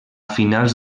finals